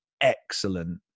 excellent